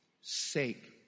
sake